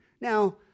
Now